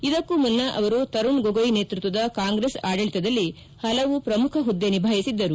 ಇದಕ್ಕೂ ಮುನ್ನ ಅವರು ತರುಣ್ ಗೊಗಾಯ್ ನೇತೃತ್ವದ ಕಾಂಗ್ರೆಸ್ ಆಡಳಿತದಲ್ಲಿ ಹಲವು ಪ್ರಮುಖ ಹುದ್ದೆ ನಿಭಾಯಿಸಿದ್ದರು